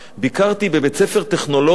ביקרתי בבית-ספר טכנולוגי,